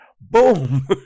Boom